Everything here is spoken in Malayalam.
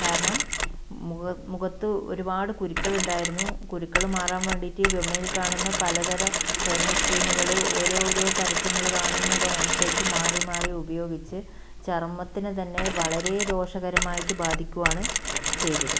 കാരണം മുഖം മുഖത്ത് ഒരുപാട് കുരുക്കളുണ്ടായിരുന്നു കുരുക്കൾ മാറാൻ വേണ്ടീട്ട് വിപണിയിൽ കാണുന്ന പല തരം ഫെയർനെസ് ക്രീമുകൾ ഓരോരോ പരസ്യങ്ങൾ കാണുന്നതിന് അനുസരിച്ച് മാറി മാറി ഉപയോഗിച്ച് ചർമ്മത്തിന് തന്നെ വളരെ ദോഷകരമായിട്ട് ബാധിക്കുകയാണ് ചെയ്തത്